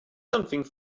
something